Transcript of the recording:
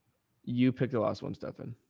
you pick the last one? stefan.